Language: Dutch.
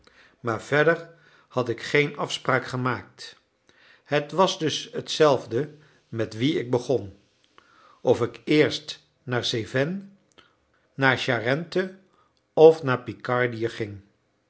maar verder had ik geen afspraak gemaakt het was dus hetzelfde met wien ik begon of ik eerst naar cevennes naar charente of naar picardië ging